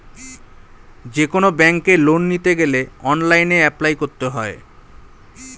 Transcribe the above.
যেকোনো ব্যাঙ্কে লোন নিতে গেলে অনলাইনে অ্যাপ্লাই করতে হয়